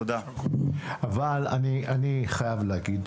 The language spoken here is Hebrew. אבל אני חייב להגיד.